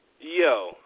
Yo